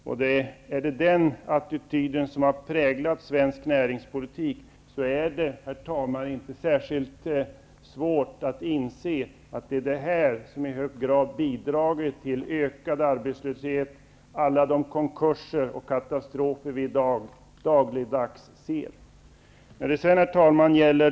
Om det är den attityden som har präglat svensk näringspolitik är det, herr talman, inte särskilt svårt att inse att det har i hög grad bidragit till ökad arbetslöshet, alla konkurser och katastrofer vi dagligdags ser. Herr talman!